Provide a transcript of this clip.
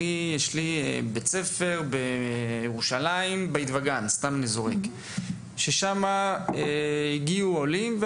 יש בית ספר בשכונת בית וגן בירושלים שהגיעו אליו עולים,